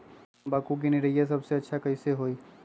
तम्बाकू के निरैया सबसे अच्छा कई से होई?